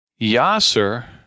Yasser